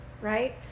right